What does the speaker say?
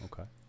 Okay